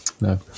no